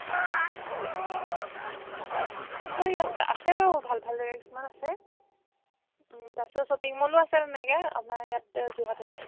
আহিব ইয়াত আছে বাৰু ভাল ভাল জেগা কিছুমান আছে তাৰপিছত শ্বপিং মলো আছে তেনেকে আপোনাৰ ইয়াত যোৰহাটতে